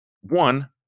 one